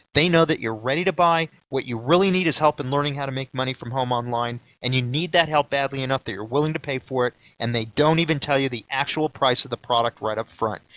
they know that you're ready to buy, what you really need is help in learning how to make money from home online and you need that help badly enough that you're willing to pay for it, and they don't even tell you the actual price of the product right up front.